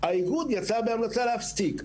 יצא בהמלצה להפסיק.